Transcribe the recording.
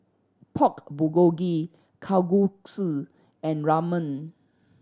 Pork Bulgogi Kalguksu and Ramen